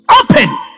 open